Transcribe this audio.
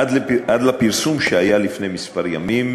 עד לפרסום שהיה לפני כמה ימים,